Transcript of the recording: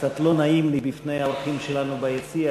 אז קצת לא נעים לי בפני האורחים שלנו ביציע,